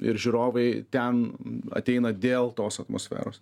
ir žiūrovai ten ateina dėl tos atmosferos